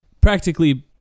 Practically